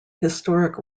historic